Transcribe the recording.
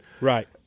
Right